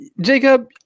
Jacob